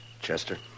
Chester